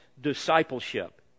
discipleship